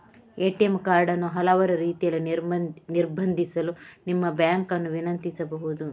ATM card ಅನ್ನು ಹಲವಾರು ರೀತಿಯಲ್ಲಿ ನಿರ್ಬಂಧಿಸಲು ನಿಮ್ಮ ಬ್ಯಾಂಕ್ ಅನ್ನು ವಿನಂತಿಸಬಹುದು